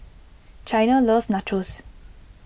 Chyna loves Nachos